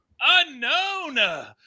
Unknown